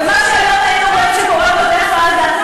ומה שהיום היינו רואים שקורה בעוטף-עזה,